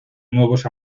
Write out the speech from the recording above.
nuevos